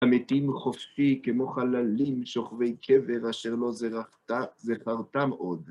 המתים חופשי כמו חללים שוכבי קבר אשר לא זכרתם עוד.